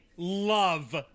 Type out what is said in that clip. Love